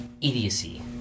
idiocy